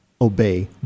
obey